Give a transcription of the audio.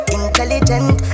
intelligent